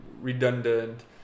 redundant